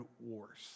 Wars